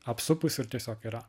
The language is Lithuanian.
apsupus ir tiesiog yra